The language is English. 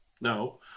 no